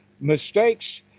mistakes